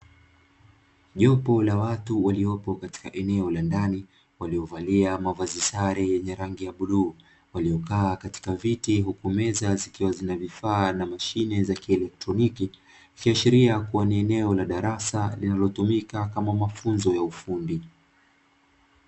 Jopo la watu waliopo katika eneo la ndani, waliovalia mavazi sare yenye rangi ya bluu waliokaa katika viti hukumeza zikiwa zina vifaa na mashine za kielektroniki ikiashiria kuwa ni eneo la darasa linalotumika kama mafunzo ya ufundi.